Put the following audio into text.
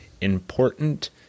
important